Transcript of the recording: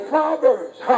Proverbs